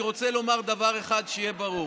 אני רוצה לומר דבר אחד, שיהיה ברור,